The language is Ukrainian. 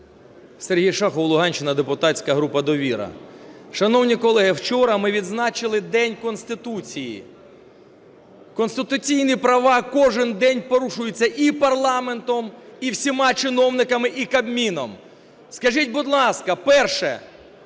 Сергій Шахов, Луганщина, депутатська група "Довіра". Шановні колеги, вчора ми відзначили День Конституції. Конституційні права кожний день порушуються і парламентом, і всіма чиновниками, і Кабміном. Скажіть, будь ласка - перше,